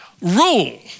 rule